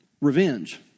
revenge